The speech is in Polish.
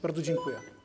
Bardzo dziękuję.